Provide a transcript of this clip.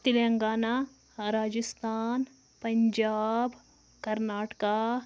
Telangana Rajasthan Punjab Karnataka